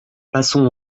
passons